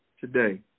today